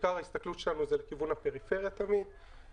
עיקר ההסתכלות שלנו זה לכיוון הפריפריה לחיבור